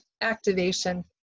activation